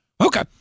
Okay